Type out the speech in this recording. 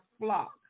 flock